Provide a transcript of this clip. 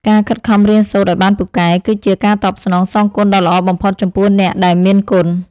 ការខិតខំរៀនសូត្រឱ្យបានពូកែ គឺជាការតបស្នងសងគុណដ៏ល្អបំផុតចំពោះអ្នកដែលមានគុណ។